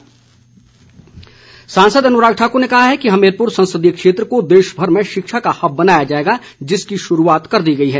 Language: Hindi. अनुराग ठाकुर सांसद अनुराग ठाकुर ने कहा है कि हमीरपुर संसदीय क्षेत्र को देशभर में शिक्षा का हब बनाया जाएगा जिसकी शुरूआत कर दी गई है